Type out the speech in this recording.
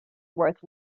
worth